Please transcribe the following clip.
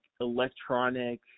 electronic